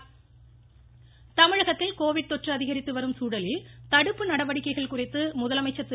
முதலமைச்சர் ஆலோசனை தமிழகத்தில் கோவிட் தொற்று அதிகரித்து வரும் சூழலில் தடுப்பு நடவடிக்கைகள் குறித்து முதலமைச்சர் திரு